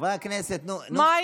חברי הכנסת, נו, הוויכוח הזה מיותר.